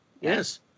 Yes